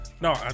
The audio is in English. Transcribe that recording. no